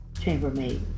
chambermaid